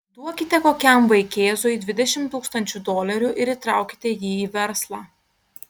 duokite kokiam vaikėzui dvidešimt tūkstančių dolerių ir įtraukite jį į verslą